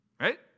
right